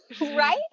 Right